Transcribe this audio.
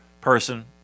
person